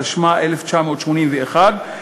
התשמ"א 1981,